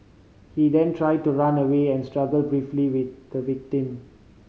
he then tried to run away and struggled briefly with the victim